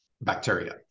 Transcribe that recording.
bacteria